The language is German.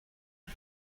die